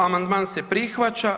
Amandman se prihvaća.